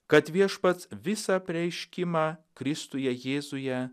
kad viešpats visą apreiškimą kristuje jėzuje